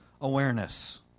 awareness